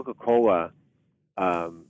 Coca-Cola